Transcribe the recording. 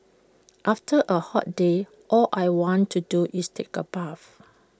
after A hot day all I want to do is take A bath